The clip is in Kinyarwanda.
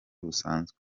busanzwe